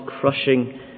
crushing